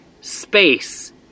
space